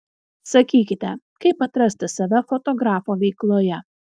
sakykite kaip atrasti save fotografo veikloje